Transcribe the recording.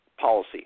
policy